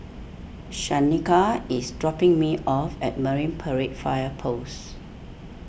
Shaneka is dropping me off at Marine Parade Fire Post